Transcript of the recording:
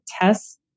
tests